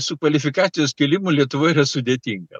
su kvalifikacijos kėlimu lietuvoj yra sudėtinga